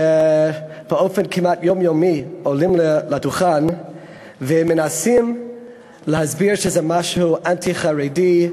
שבאופן כמעט יומיומי עולים לדוכן ומנסים להסביר שזה משהו אנטי-חרדי,